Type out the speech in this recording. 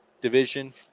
division